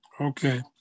Okay